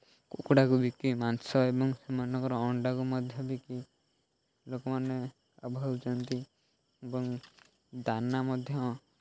କୁକୁଡ଼ାକୁ ବିକି ମାଂସ ଏବଂ ସେମାନଙ୍କର ଅଣ୍ଡାକୁ ମଧ୍ୟ ବିକି ଲୋକମାନେ ଲାଭ ପାଉଛନ୍ତି ଏବଂ ଦାନା ମଧ୍ୟ